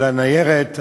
אולי ניירת,